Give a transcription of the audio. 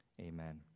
Amen